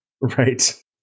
Right